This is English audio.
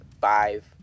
five